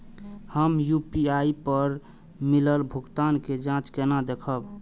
हम यू.पी.आई पर मिलल भुगतान के जाँच केना देखब?